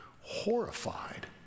horrified